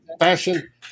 fashion